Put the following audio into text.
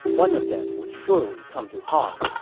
one of them would surely come to harm.